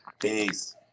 Peace